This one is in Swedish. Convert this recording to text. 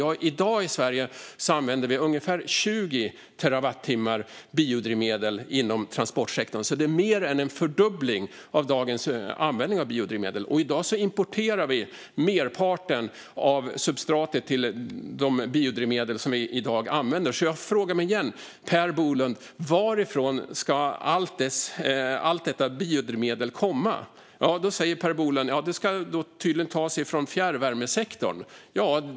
I dag i Sverige använder vi ungefär 20 terawattimmar biodrivmedel inom transportsektorn, så det är mer än en fördubbling av dagens användning. I dag importerar vi merparten av substratet till de biodrivmedel som vi i dag använder. Jag frågar igen: Per Bolund, varifrån ska allt detta biodrivmedel komma? Per Bolund menar tydligen att det ska tas från fjärrvärmesektorn.